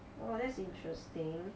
oh that's interesting